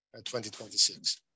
2026